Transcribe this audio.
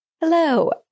Hello